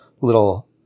little